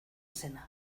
zena